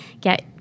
get